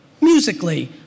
Musically